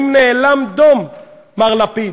האם נאלם דום מר לפיד?